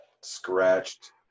scratched